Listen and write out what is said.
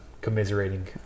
commiserating